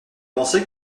pensée